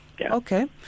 Okay